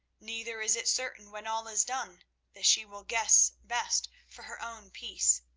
neither is it certain when all is done that she will guess best for her own peace.